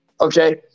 okay